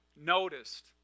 noticed